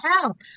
help